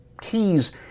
keys